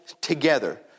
together